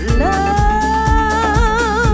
love